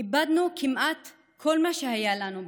איבדנו כמעט כל מה שהיה לנו ב-48'.